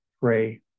pray